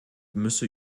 müsse